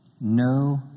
No